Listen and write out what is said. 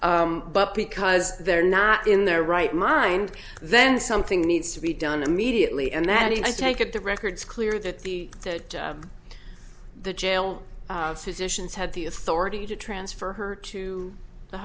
jail but because they're not in their right mind then something needs to be done immediately and that i take it the records clear that the the jail physicians had the authority to transfer her to the